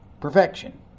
perfection